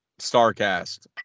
StarCast